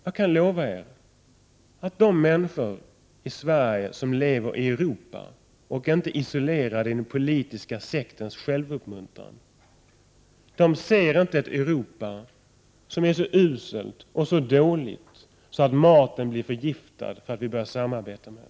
Jag kan emellertid lova er att de människor i Sverige som lever i Europa och inte är isolerade i den politiska sektens självuppmuntran ser inte ett Europa som är så uselt och så dåligt att maten blir förgiftad därför att detta samarbete påbörjas.